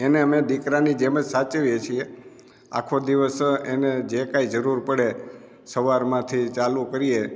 એને અમે દિકરાની જેમ જ સાચવીએ છીએ આખો દિવસ એને જે કંઈ જરૂર પડે સવારમાંથી ચાલુ કરીએ